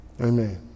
Amen